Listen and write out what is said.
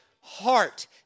heart